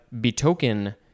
betoken